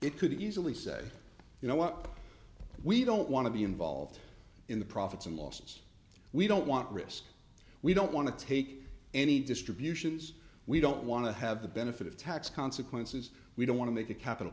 it could easily say you know what we don't want to be involved in the profits and losses we don't want risk we don't want to take any distributions we don't want to have the benefit of tax consequences we don't want to make a capital